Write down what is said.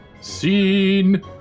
Scene